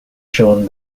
shown